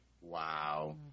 wow